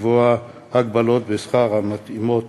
לקבוע הגבלות שכר המתאימות